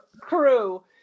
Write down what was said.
crew